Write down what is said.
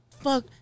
Fuck